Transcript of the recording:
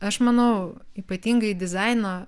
aš manau ypatingai dizaino